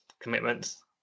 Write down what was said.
commitments